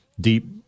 deep